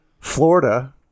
Florida